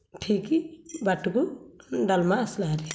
ଠିକ ବାଟକୁ ଡାଲମା ଆସିଲା ଭାରି